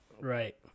Right